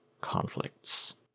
conflicts